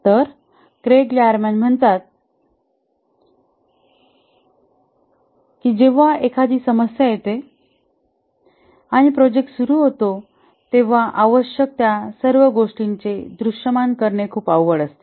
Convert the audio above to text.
तर Craig Larman म्हणतात की जेव्हा एखादी समस्या येते आणि प्रोजेक्ट सुरू होतो तेव्हा आवश्यक त्या सर्व गोष्टींचे दृश्यमान करणे खूप अवघड असते